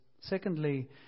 Secondly